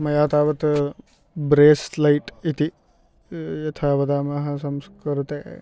मया तावत् ब्रेस्लैट् इति यथा वदामः संस्कृते